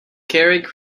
carrick